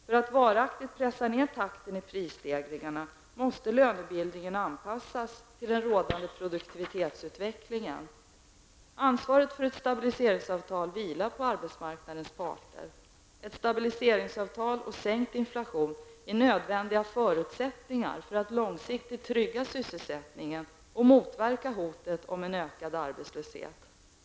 För att varaktigt pressa ned takten i prisstegringarna måste lönebildningen anpassas till den rådande produktivitetsutvecklingen. Ansvaret för ett stabiliseringsavtal vilar på arbetsmarknadens parter. Ett stabiliseringsavtal och sänkt inflation är nödvändiga förutsättningar för att långsiktigt trygga sysselsättningen och motverka hotet om ökad arbetslöshet.